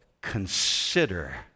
consider